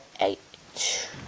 eight